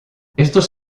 estos